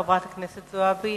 חברת הכנסת חנין זועבי.